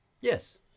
Yes